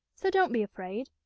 so don't be afraid.